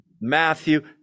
Matthew